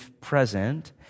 present